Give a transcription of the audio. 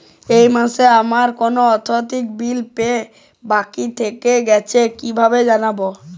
এই মাসে আমার কোন কোন আর্থিক বিল পে করা বাকী থেকে গেছে কীভাবে জানব?